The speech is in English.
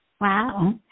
Wow